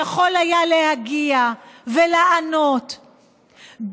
שהיה יכול להגיע ולענות,